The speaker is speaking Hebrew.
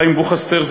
חיים בוכאסטר,